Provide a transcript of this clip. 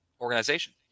organization